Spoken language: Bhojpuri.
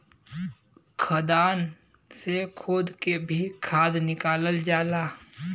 खदान से खोद के भी खाद निकालल जाला